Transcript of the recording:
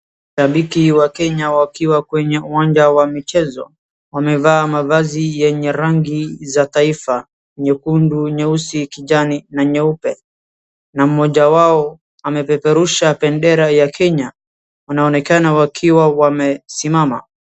Mashabiki wa Kenya wakiwa kwenye uwanja wa michezo. Wamevaa mavazi yenye rangi za taifa: nyekundu, nyeusi, kijani na nyeupe, na mmoja wao amepeperusha bendera ya Kenya. Wanaonekana wakiwa wamesimama.